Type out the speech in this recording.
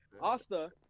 Asta